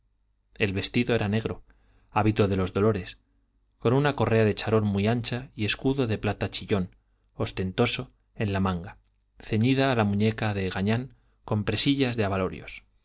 el vestido era negro hábito de los dolores con una correa de charol muy ancha y escudo de plata chillón ostentoso en la manga ceñida a la muñeca de gañán con